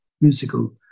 musical